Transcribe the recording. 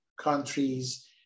countries